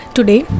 Today